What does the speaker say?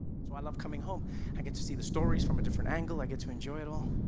that's why i love coming home i get to see the stories from a different angle, i get to enjoy it all